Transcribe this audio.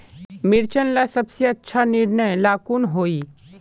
मिर्चन ला सबसे अच्छा निर्णय ला कुन होई?